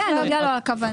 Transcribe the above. כן, להודיע לו על הכוונה.